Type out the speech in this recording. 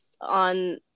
on